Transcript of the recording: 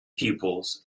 pupils